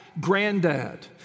granddad